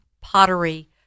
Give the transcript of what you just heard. Pottery